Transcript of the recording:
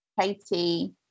Katie